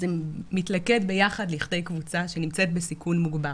זה מתלכד ביחד לכדי קבוצה שנמצאת בסיכון מוגבר.